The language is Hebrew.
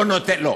לא,